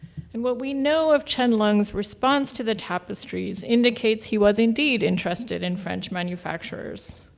and what we know of qianlong's response to the tapestries indicates he was indeed interested in french manufacturers,